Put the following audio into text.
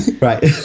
Right